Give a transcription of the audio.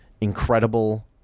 incredible